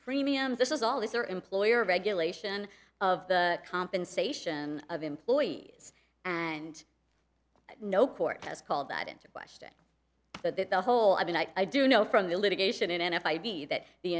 premiums this is all these are employer regulation of the compensation of employees and no court has called that into question that the whole i mean i do know from the litigation in n f i b that the